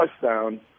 touchdown